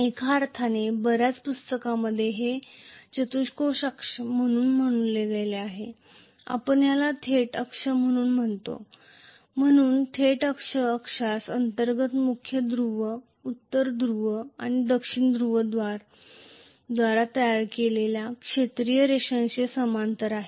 एका अर्थाने बऱ्याच पुस्तकांमध्ये ते चतुष्कोला अक्ष म्हणून म्हणू शकतात आणि आपण याला थेट अक्ष म्हणून म्हणतो म्हणून थेट अक्ष अक्षांश अंतर्गत मुख्य ध्रुव उत्तर ध्रुव आणि दक्षिण ध्रुव द्वारा तयार केलेल्या क्षेत्रीय रेषांशी समांतर आहे